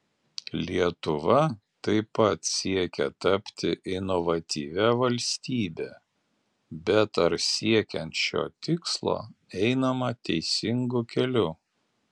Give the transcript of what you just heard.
lietuva taip pat siekia tapti inovatyvia valstybe bet ar siekiant šio tikslo einama teisingu keliu